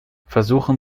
versuchen